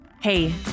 Hey